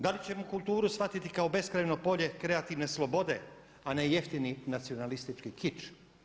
Da li ćemo kulturu shvatiti kao beskrajno polje kreativne slobode a ne jeftini nacionalistički kič?